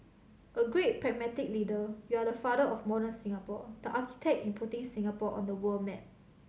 a great pragmatic leader you are the father of modern Singapore the architect in putting Singapore on the world map